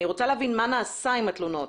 אני רוצה להבין מה נעשה עם התלונות.